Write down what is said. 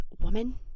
woman